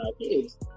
kids